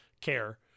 care